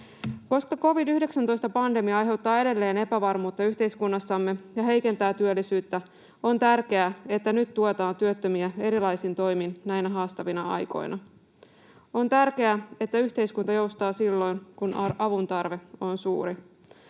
Koska covid-19-pandemia aiheuttaa edelleen epävarmuutta yhteiskunnassamme ja heikentää työllisyyttä, on tärkeää, että nyt tuetaan työttömiä erilaisin toimin näinä haastavina aikoina. On tärkeää, että yhteiskunta joustaa silloin, kun avun tarve on suuri.